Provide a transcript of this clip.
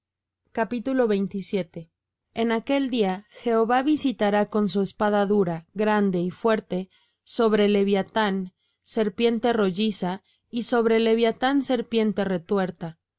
muertos en aquel día jehová visitará con su espada dura grande y fuerte sobre leviathán serpiente rolliza y sobre leviathán serpiente retuerta